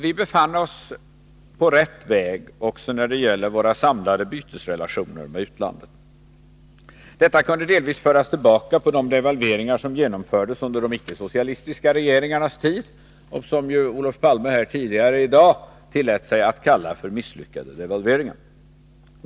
Vi befann oss på rätt väg också när det gäller våra samlade bytesrelationer med utlandet. Detta kunde delvis föras tillbaka på devalveringar som genomfördes under de icke-socialistiska regeringarnas tid, och som Olof Palme tidigare i dag tillät sig att kalla misslyckade devalveringar.